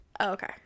Okay